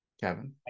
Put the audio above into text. Kevin